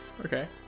Okay